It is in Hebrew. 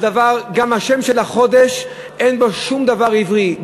גם השם של החודש אין בו שום דבר עברי.